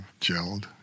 gelled